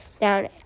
down